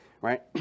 right